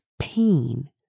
pain